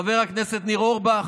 חבר הכנסת אורבך.